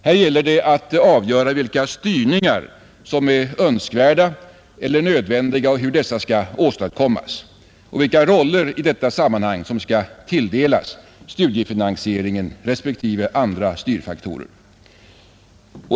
Här gäller det att avgöra vilka styrningar som är önskvärda eller nödvändiga, hur dessa skall åstadkommas samt vilka roller i detta sammanhang som skall tilldelas studiefinansieringen respektive andra styrfaktorer.